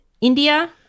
India